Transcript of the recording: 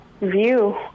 view